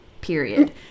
period